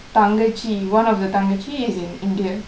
தங்கச்சி:thangkachi one of the தங்கச்சி:thangkachi is in india